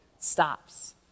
stops